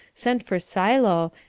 sent for silo,